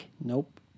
Nope